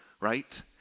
right